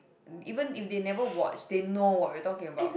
and even if they never watch they know what we are talking about